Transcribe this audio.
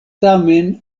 tamen